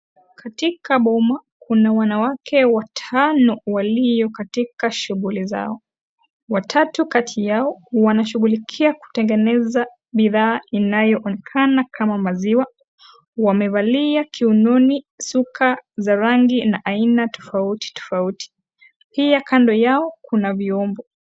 Katika boma kuna wanawake watano walio katika shughuli zao. Watatu kati yao wanashughulikia kutengeneza bidhaa inayoonekana kama maziwa, wamevalia kiunoni shuka za rangi ya aina tofauti tofauti pia kando yao kuna vyombo.